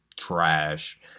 trash